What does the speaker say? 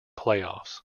playoffs